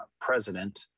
president